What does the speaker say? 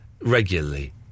regularly